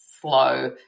slow